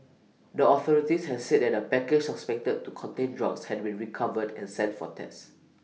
the authorities has said that A package suspected to contain drugs had been recovered and sent for tests